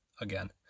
again